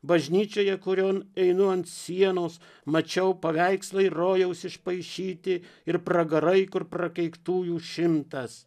bažnyčioje kurion einu ant sienos mačiau paveikslai rojaus išpaišyti ir pragarai kur prakeiktųjų šimtas